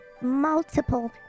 multiple